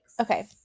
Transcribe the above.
okay